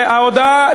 ההודעה,